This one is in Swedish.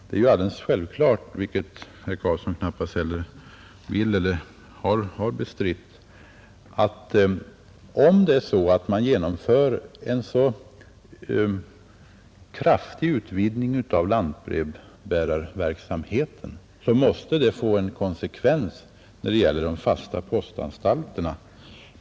Det är självklart — vilket inte herr Carlsson i Vikmanshyttan har bestridit — att en kraftig utvidgning av lantbrevbärarverksamheten måste få konsekvenser för de fasta postanstalterna.